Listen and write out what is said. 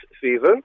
season